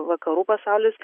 vakarų pasaulis